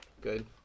Good